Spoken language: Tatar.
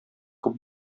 күп